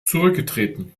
zurückgetreten